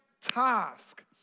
task